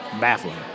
baffling